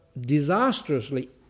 disastrously